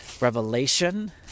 revelation